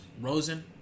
Rosen